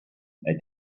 they